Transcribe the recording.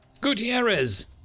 Gutierrez